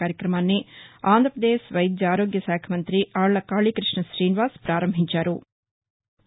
కార్యక్రమాన్ని ఆంధ్రప్రదేశ్ వైద్య ఆరోగ్య శాఖ మంత్రి ఆళ్ల కాళీకృష్ణ రీనివాస్ పారంభించారు